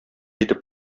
итеп